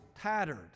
tattered